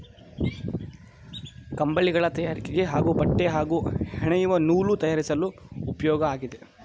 ಕಂಬಳಿಗಳ ತಯಾರಿಕೆಗೆ ಹಾಗೂ ಬಟ್ಟೆ ಹಾಗೂ ಹೆಣೆಯುವ ನೂಲು ತಯಾರಿಸಲು ಉಪ್ಯೋಗ ಆಗಿದೆ